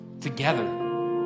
together